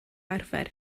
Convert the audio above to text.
arfer